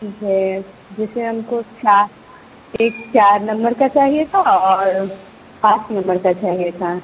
ठीक है जैसे हमको चार एक चार नम्बर का चाहिए था और पाँच नम्बर का चाहिए था